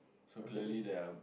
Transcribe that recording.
reservist